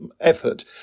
Effort